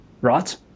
right